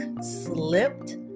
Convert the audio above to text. slipped